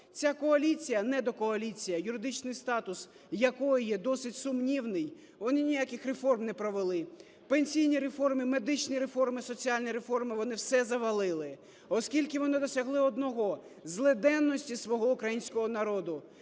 Ця коаліція – недокоаліція, юридичний статус якої є досить сумнівний, вони ніяких реформ не провели. Пенсійні реформи, медичні реформи, соціальні реформи – вони все завалили. Оскільки вони досягли одного – злиденності свого українського народу.